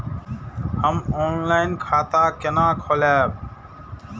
हम ऑनलाइन खाता केना खोलैब?